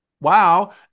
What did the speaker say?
Wow